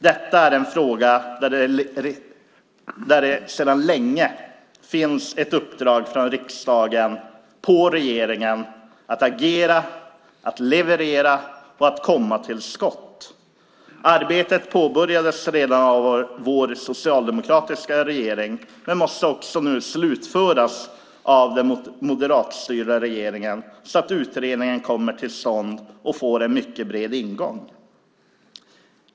Detta är en fråga där det sedan länge finns ett uppdrag från riksdagen till regeringen att agera, att leverera och att komma till skott. Arbetet påbörjades redan av vår socialdemokratiska regering men måste nu slutföras av den moderatstyrda regeringen så att utredningen kommer till stånd och får en mycket bred ingång.